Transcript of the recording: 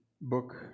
book